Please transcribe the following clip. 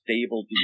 stable